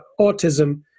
autism